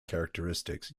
characteristics